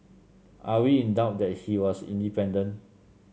are we in doubt that he was independent